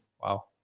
wow